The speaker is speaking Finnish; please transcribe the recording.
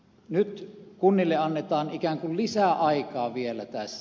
nyt kunnille annetaan ikään kuin lisäaikaa vielä tässä